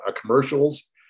commercials